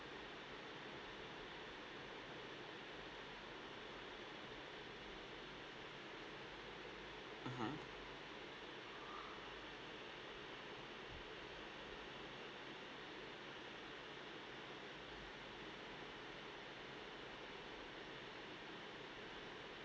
mmhmm